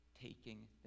taking